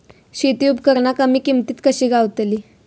शेती उपकरणा कमी किमतीत कशी गावतली?